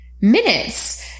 minutes